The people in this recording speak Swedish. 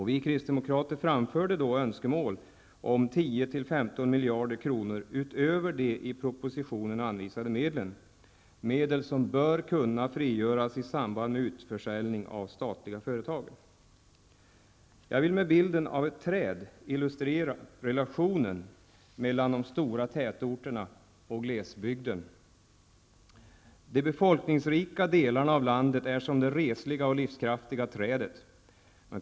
Vi kristdemokrater framförde då önskemål om 10 à 15 miljarder kronor utöver de i propositionen anvisade medlen, medel som bör kunna frigöras i samband med utförsäljning av statliga företag. Jag vill med bilden av ett träd illustrera relationen mellan de stora tätorterna och glesbygden. De befolkningsrika delarna av landet är som det resliga och livskraftiga trädet.